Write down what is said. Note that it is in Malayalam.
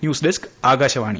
news desk Akashvani